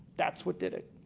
that's what did it.